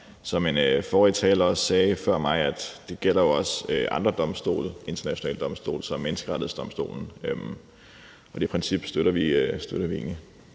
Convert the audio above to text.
som den forrige taler før mig også sagde, gælder det jo også andre internationale domstole som Menneskerettighedsdomstolen, og det princip støtter vi egentlig.